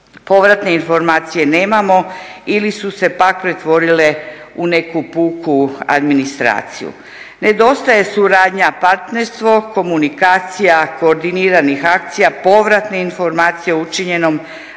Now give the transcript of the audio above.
Povratne informacije nemamo ili su se pak pretvorile u neku punu administraciju. Nedostaje suradnja, partnerstvo, komunikacija koordiniranih akcija, povratne informacije o učinjenom, a upravo